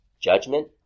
Judgment